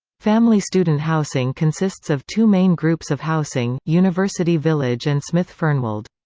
family student housing consists of two main groups of housing university village and smyth-fernwald.